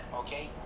okay